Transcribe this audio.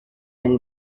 and